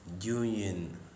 union